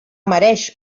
mereix